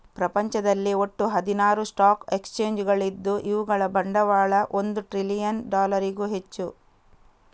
ಪ್ರಪಂಚದಲ್ಲಿ ಒಟ್ಟು ಹದಿನಾರು ಸ್ಟಾಕ್ ಎಕ್ಸ್ಚೇಂಜುಗಳಿದ್ದು ಇವುಗಳ ಬಂಡವಾಳ ಒಂದು ಟ್ರಿಲಿಯನ್ ಡಾಲರಿಗೂ ಹೆಚ್ಚು